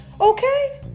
Okay